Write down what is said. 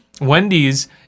Wendy's